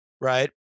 right